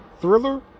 thriller